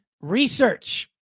Research